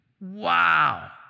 Wow